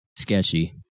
sketchy